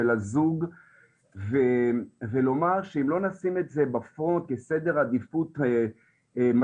של הזוג ולומר שאם לא נשים את זה בפרונט כסדר עדיפות משמעותי,